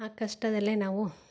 ಆ ಕಷ್ಟದಲ್ಲೇ ನಾವೂ